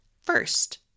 First